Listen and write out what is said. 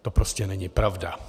To prostě není pravda.